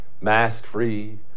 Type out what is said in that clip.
mask-free